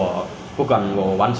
then 你几时开始放假的 ah